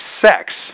sex